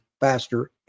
faster